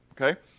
okay